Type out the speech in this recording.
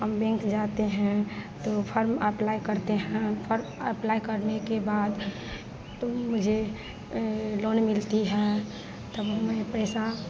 हम बेंक जाते हैं तो फर्म अप्लाई करते हैं फर अप्लाई करने के बाद तो मुझे लोन मिलता है तब हमें पैसा